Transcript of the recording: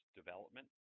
development